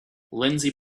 lindsey